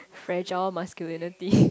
fragile masculinity